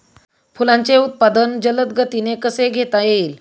फुलांचे उत्पादन जलद गतीने कसे घेता येईल?